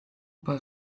bei